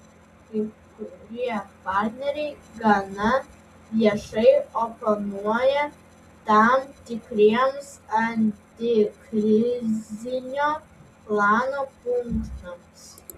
kai kurie partneriai gana viešai oponuoja tam tikriems antikrizinio plano punktams